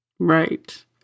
Right